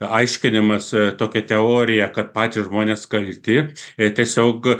aiškinimas tokia teorija kad patys žmonės kalti ir tiesiog